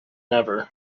never